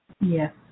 Yes